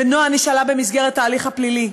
נועה נשאלה במסגרת ההליך הפלילי: